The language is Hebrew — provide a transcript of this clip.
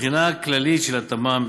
בבחינה כללית של התמ"מ,